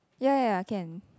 ya ya ya can